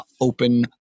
open